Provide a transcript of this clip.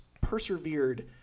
persevered